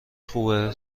خوبه